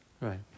Right